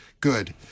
Good